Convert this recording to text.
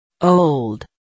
Old